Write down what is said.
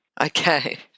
Okay